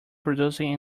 producing